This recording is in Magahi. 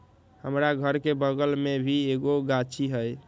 हमरा घर के बगल मे भी एगो गाछी हई